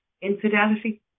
infidelity